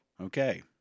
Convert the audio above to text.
Okay